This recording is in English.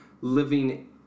living